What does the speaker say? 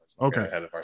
Okay